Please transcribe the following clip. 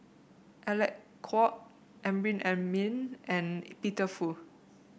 Alec Kuok Amrin Amin and Peter Fu